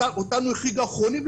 אותנו החריגו אחרונים,